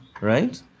right